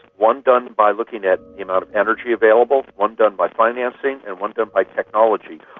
one done by looking at the amount of energy available, one done by financing and one done by technology,